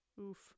Oof